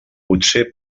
potser